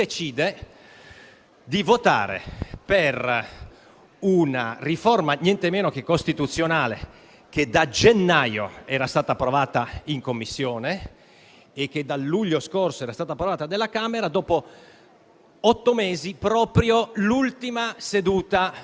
cambiata in occasione della votazione in parallelo alla riforma costituzionale per la riduzione del numero dei parlamentari. Ebbene oggi votiamo senza sapere quanti saranno i senatori, però vogliamo ampliare il numero di coloro che potranno votare per il Senato.